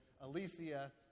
Alicia